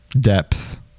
Depth